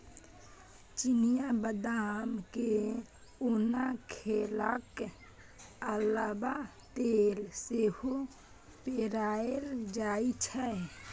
चिनियाँ बदाम केँ ओना खेलाक अलाबा तेल सेहो पेराएल जाइ छै